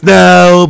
now